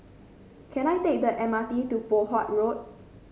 can I take the M R T to Poh Huat Road